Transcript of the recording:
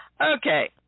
Okay